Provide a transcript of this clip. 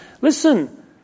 listen